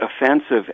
offensive